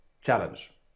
challenge